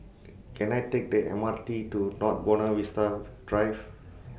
Can I Take The M R T to North Buona Vista Drive